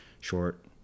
short